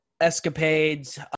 escapades